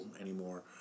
anymore